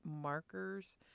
markers